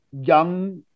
young